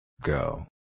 Go